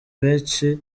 benshi